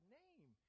name